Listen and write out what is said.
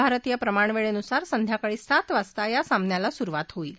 भारतीय प्रमाणवळपुसार संध्याकाळी सात वाजता या सामन्याला सुरुवात होईल